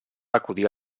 acudia